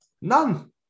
None